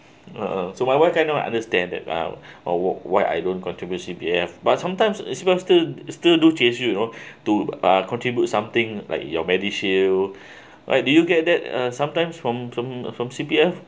uh !huh! so why why cannot I understand that uh why why I don't contribute C_P_F but sometimes it's still still do chase you know to uh contribute something like your medishield right did you get that uh sometimes from from from C_P_F